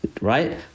right